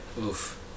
oof